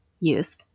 use